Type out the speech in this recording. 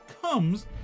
comes